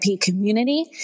community